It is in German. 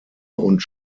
und